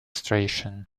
station